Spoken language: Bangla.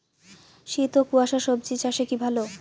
শীত ও কুয়াশা স্বজি চাষে কি ভালো?